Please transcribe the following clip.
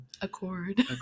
accord